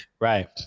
Right